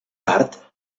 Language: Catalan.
tard